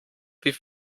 wie